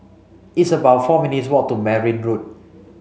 it's about four minutes' walk to Merryn Road